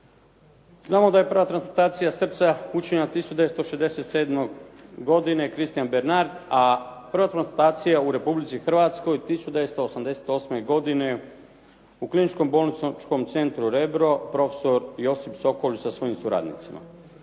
Znamo da je prva transplantacija srca učinjena 1967. godine, Christian Bernard, a prva transplantacija u Republici Hrvatskoj 1988. godine u Kliničkom bolničkom centru "Rebro", profesor Josip Sokolić sa svojim suradnicima.